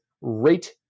rate